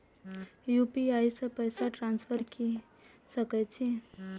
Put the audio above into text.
UPI से पैसा transfer की सके छी?